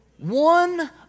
One